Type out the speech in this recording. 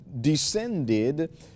descended